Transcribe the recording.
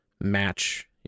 match